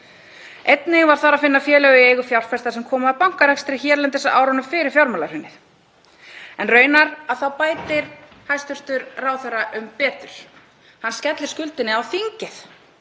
Einnig er þar að finna félög í eigu fjárfesta sem koma af bankarekstri hérlendis á árunum fyrir fjármálahrunið. En raunar bætir hæstv. ráðherra um betur. Hann skellir skuldinni á þingið